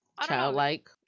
childlike